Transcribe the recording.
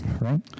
right